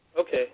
Okay